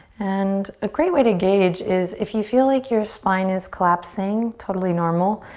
and a great way to gauge is if you feel like your spine is collapsing, totally normal,